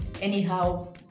anyhow